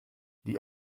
die